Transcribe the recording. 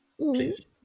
Please